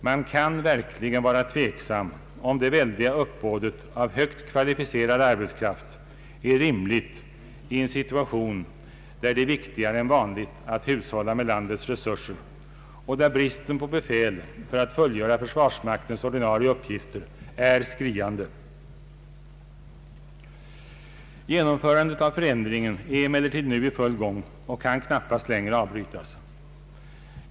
Man kan verkligen vara tveksam om det väldiga uppbådet av högt kvalificerad arbetskraft är rimligt i en situation, där det är viktigare än vanligt att hushålla med landets resurser och där bristen på befäl för att fullgöra försvarsmaktens ordinarie uppgifter är skriande. Genomförandet av förändringen är emellertid nu i full gång och kan knappast längre avbrytas.